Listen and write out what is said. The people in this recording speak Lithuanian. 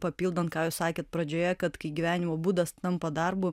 papildant ką jūs sakėt pradžioje kad kai gyvenimo būdas tampa darbu